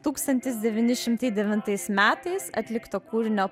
tūkstantis devyni šimtai devintais metais atlikto kūrinio